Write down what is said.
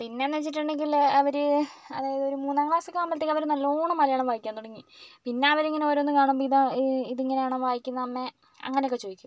പിന്നെന്ന് വെച്ചിട്ടുണ്ടെങ്കിൽ അവർ അതായത് ഒരു മൂന്നാം ക്ലാസ് ഒക്കെ ആവുമ്പോഴ്ത്തേക്കും അവർ നല്ലോണം മലയാളം വായിക്കാൻ തുടങ്ങി പിന്നെ അവരിങ്ങനെ ഓരോന്ന് കാണുമ്പം ഇതാ ഇതിങ്ങനെയാണോ വായിക്കുന്നത് അമ്മേ അങ്ങനെയൊക്കെ ചോദിക്കും